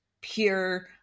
pure